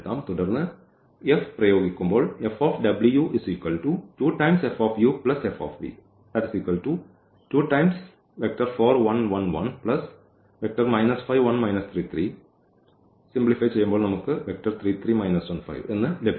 തുടർന്ന് F പ്രയോഗിക്കുമ്പോൾ എന്ന് ലഭിക്കുന്നു